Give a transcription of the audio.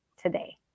today